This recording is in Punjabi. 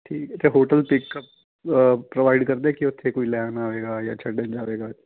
ਠੀਕ ਇੱਥੇ ਹੋਟਲ ਪਿਕਅਪ ਪਰੋਵਾਈਡ ਕਰਦੇ ਕਿ ਉੱਥੇ ਕੋਈ ਲੈਣ ਆਵੇਗਾ ਜਾਂ ਛੱਡਣ ਜਾਵੇਗਾ